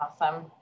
Awesome